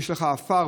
שיש לך עפר,